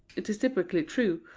it is typically true,